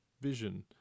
vision